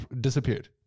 disappeared